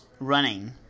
Running